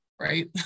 Right